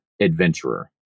adventurer